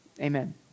amen